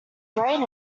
brain